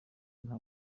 nka